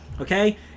okay